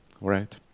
Right